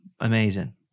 amazing